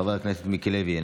חבר הכנסת מיקי לוי,